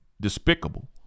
despicable